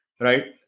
right